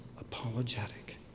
apologetic